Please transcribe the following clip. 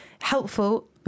helpful